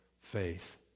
faith